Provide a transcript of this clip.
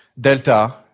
delta